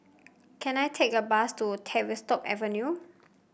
can I take a bus to Tavistock Avenue